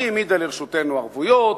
היא העמידה לרשותנו ערבויות,